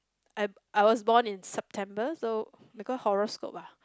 I'm I was born in September so because horoscope ah